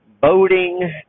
boating